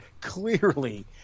clearly